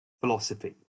philosophy